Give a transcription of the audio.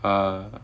uh